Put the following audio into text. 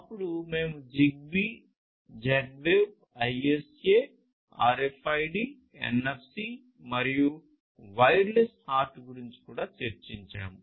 అప్పుడు మేము Zigbee Z wave ISA RFID NFC మరియు వైర్లెస్ హార్ట్ గురించి కూడా చర్చించాము